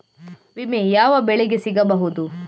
ವಿಮೆ ಯಾವ ಬೆಳೆಗೆ ಸಿಗಬಹುದು?